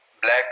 black